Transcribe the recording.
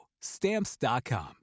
Stamps.com